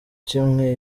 kimwe